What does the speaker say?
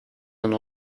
and